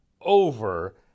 over